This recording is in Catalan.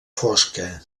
fosca